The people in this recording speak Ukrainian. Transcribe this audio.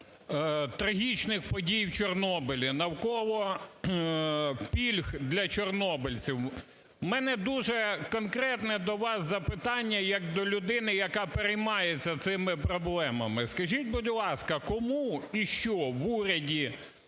трагічних подій в Чорнобилі, навколо пільг для чорнобильців. В мене дуже конкретне до вас запитання як до людини, яка переймається цими проблемами. Скажіть, будь ласка, кому і що в уряді,